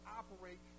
operate